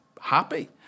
happy